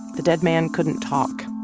the dead man couldn't talk.